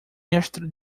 mestre